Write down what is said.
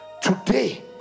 today